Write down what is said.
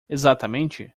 exatamente